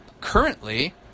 Currently